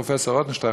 פרופ' רוטנשטרייך,